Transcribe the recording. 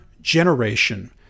generation